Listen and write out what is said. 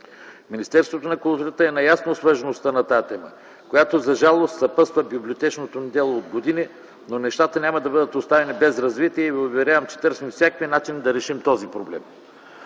Министерството на културата е наясно с важността на тази тема, която, за жалост, съпътства библиотечното ни дело от години, но нещата няма да бъдат оставени без развитие и ви уверявам, че търсим всякакви начини да решим този проблем.